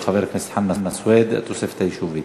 של חבר הכנסת חנא סוייד: התוספת היישובית.